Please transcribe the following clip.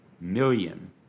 million